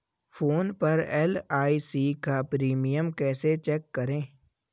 Phone पर LIC का premium कैसे चेक करें?